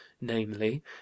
namely